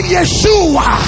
Yeshua